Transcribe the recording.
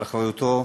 על אחריותו.